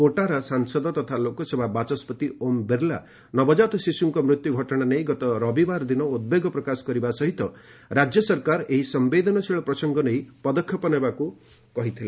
କୋଟାର ସାଂସଦ ତଥା ଲୋକସଭା ବାଚସ୍କତି ଓମ୍ ବିର୍ଲା ନବଜାତ ଶିଶୁଙ୍କ ମୃତ୍ୟୁ ଘଟଣା ନେଇ ଗତ ରବିବାର ଦିନ ଉଦ୍ବେଗ ପ୍ରକାଶ କରିବା ସହିତ ରାଜ୍ୟ ସରକାର ଏହି ସମ୍ଘେଦନଶୀଳ ପ୍ରସଙ୍ଗ ନେଇ ପଦକ୍ଷେପ ନେବାକୁ କହିଥିଲେ